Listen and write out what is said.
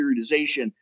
periodization